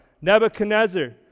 Nebuchadnezzar